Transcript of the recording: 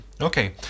Okay